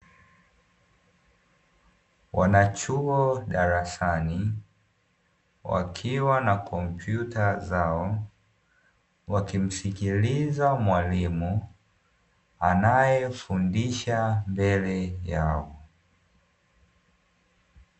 Wanachuo darasani wakiwa na kompyuta zao wakimsikiliza mwalimu, anayefundisha mbele yao.